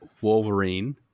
Wolverine